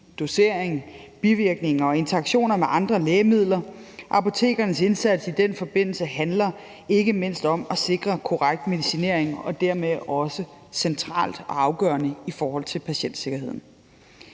dosering, bivirkninger og interaktion med andre lægemidler. Apotekernes indsats i den forbindelse handler ikke mindst om at sikre korrekt medicinering og er dermed også central og afgørende i forhold til patientsikkerheden.